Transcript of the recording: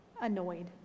annoyed